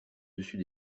dessus